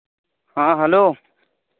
ᱦᱮᱸ ᱦᱮᱞᱳ